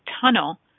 tunnel